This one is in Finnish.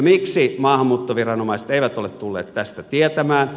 miksi maahanmuuttoviranomaiset eivät ole tulleet tästä tietämään